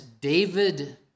David